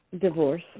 Divorce